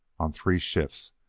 on three shifts,